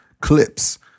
clips